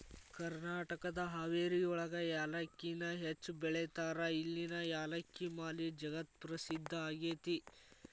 ಕರ್ನಾಟಕದ ಹಾವೇರಿಯೊಳಗ ಯಾಲಕ್ಕಿನ ಹೆಚ್ಚ್ ಬೆಳೇತಾರ, ಇಲ್ಲಿನ ಯಾಲಕ್ಕಿ ಮಾಲಿ ಜಗತ್ಪ್ರಸಿದ್ಧ ಆಗೇತಿ